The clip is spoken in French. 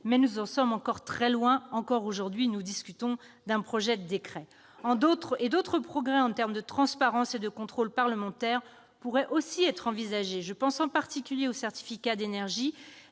mais nous en sommes encore très loin : encore aujourd'hui, nous discutons d'un projet de décret. D'autres progrès en matière de transparence et de contrôle parlementaire pourraient aussi être envisagés : je pense en particulier aux certificats d'économies